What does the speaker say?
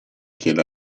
chiede